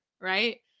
right